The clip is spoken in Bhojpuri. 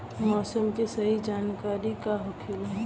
मौसम के सही जानकारी का होखेला?